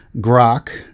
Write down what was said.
Grok